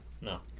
No